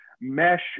mesh